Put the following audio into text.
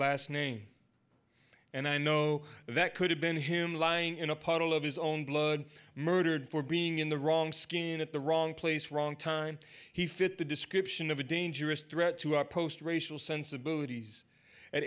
last name and i know that could have been him lying in a puddle of his own blood murdered for being in the wrong skin at the wrong place wrong time he fit the description of a dangerous threat to our post racial sensibilities at